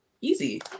Easy